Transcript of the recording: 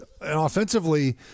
offensively